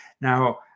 now